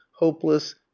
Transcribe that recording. hopeless